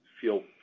feel